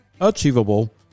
achievable